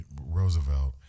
Roosevelt